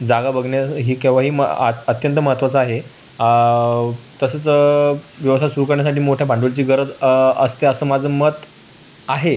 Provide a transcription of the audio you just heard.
जागा बघणे हे केव्हाही मग आ अत्यंत मअत्त्वाचं आहे तसंच व्यवसाय सुरू करण्यासाठी मोठ्या भांडवलाची गरज असते असं माझं मत आहे